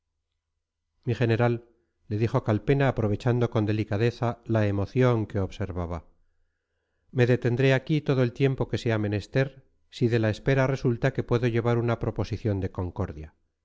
mi general le dijo calpena aprovechando con delicadeza la emoción que observaba me detendré aquí todo el tiempo que sea menester si de la espera resulta que puedo llevar una proposición de concordia